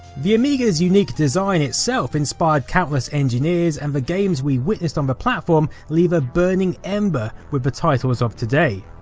the amiga's unique design itself inspired countless engineers and the games we witnessed on the platform leave a burning ember with the titles of today.